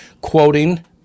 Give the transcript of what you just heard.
quoting